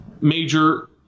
major